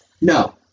No